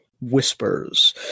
Whispers